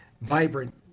vibrant